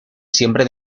siempre